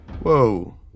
Whoa